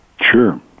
Sure